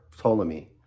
Ptolemy